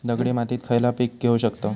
दगडी मातीत खयला पीक घेव शकताव?